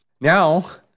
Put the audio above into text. Now